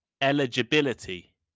Eligibility